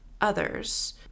others